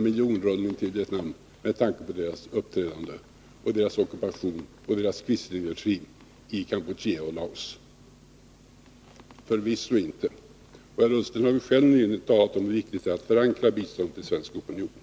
m. miljonrullning till Vietnam med tanke på dess uppträdande, dess ockupation och dess quislingregim i Kampuchea och Laos? Förvisso inte. Herr Ullsten har själv nyligen talat om hur viktigt det är att förankra biståndspolitiken i den svenska opinionen.